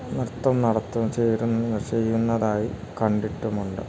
നൃത്തം നടത്തും ചേരുന്ന ചെയ്യുന്നതായി കണ്ടിട്ടുമുണ്ട്